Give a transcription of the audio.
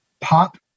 pop